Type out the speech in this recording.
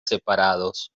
separados